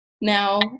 now